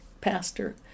pastor